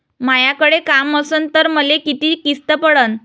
मायाकडे काम असन तर मले किती किस्त पडन?